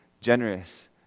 generous